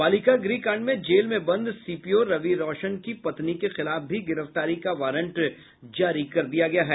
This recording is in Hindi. बालिका गृह कांड में जेल में बंद सीपीओ रवि रौशन की पत्नी के खिलाफ भी गिरफ्तारी का वारंट जारी कर दिया गया है